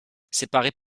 séparées